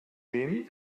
wen